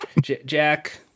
Jack